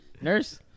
Nurse